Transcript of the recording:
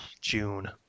June